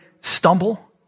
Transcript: stumble